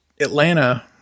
Atlanta